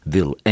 Wil